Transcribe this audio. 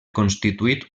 constituït